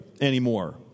anymore